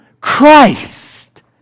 Christ